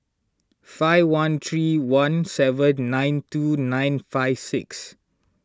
five one three one seven nine two nine five six